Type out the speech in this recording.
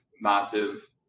massive